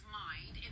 mind